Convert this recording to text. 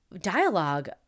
dialogue